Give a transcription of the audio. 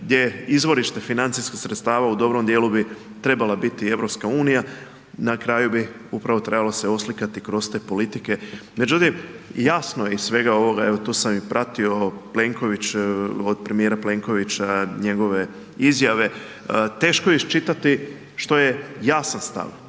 gdje izvorište financijskih sredstava u dobrom dijelu bi trebala biti EU. Na kraju bi upravo trebalo se oslikati kroz te politike. Međutim, jasno je iz svega ovoga, evo to sam i pratio, Plenković, od premijera Plenkovića, njegove izjave teško je iščitati što je jasan stav.